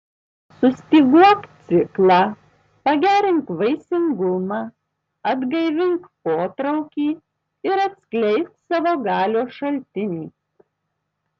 sustyguok ciklą pagerink vaisingumą atgaivink potraukį ir atskleisk savo galios šaltinį